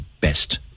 best